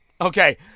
Okay